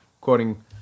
quoting